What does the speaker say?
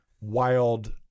wild